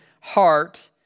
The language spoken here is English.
heart